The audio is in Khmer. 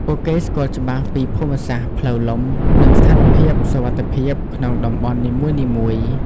ពួកគេស្គាល់ច្បាស់ពី ភូមិសាស្ត្រ ផ្លូវលំ និងស្ថានភាពសុវត្ថិភាព ក្នុងតំបន់នីមួយៗ។